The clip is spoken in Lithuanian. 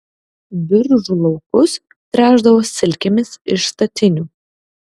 biržų laukus tręšdavo silkėmis iš statinių